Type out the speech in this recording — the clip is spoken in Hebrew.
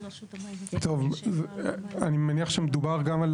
טוב, אני מניח שמדובר גם על